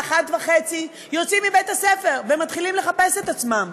13:30 יוצאים מבית-הספר ומתחילים לחפש את עצמם.